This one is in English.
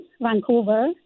Vancouver